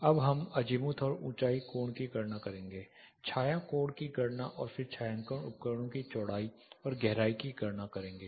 अब हम अजीमथ और ऊंचाई कोण की गणना करेंगे छाया कोण की गणना और फिर छायांकन उपकरणों की चौड़ाई और गहराई की गणना करेंगे